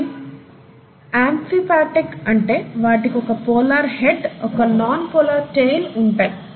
ఇవి అంఫిఫాటిక్ అంటే వాటికొక పోలార్ హెడ్ ఒక నాన్ పోలార్ టెయిల్ ఉంటాయి